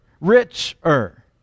Richer